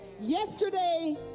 Yesterday